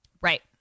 Right